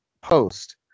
post